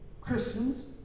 Christians